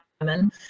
women